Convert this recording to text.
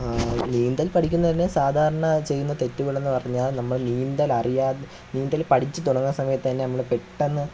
നീന്തല് പടിക്കുന്നതിന് സാധാരണ ചെയ്യുന്ന തെറ്റുകളെന്ന് പറഞ്ഞാല് നമ്മള് നീന്തൽ അറിയാതെ നീന്തൽ പഠിച്ചു തുടങ്ങുന്ന സമയത്ത് തന്നെ നമ്മൾ പെട്ടെന്ന്